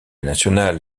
nationale